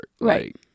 Right